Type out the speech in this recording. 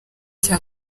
cya